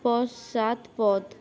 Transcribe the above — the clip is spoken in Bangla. পশ্চাৎপদ